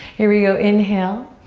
here we go, inhale.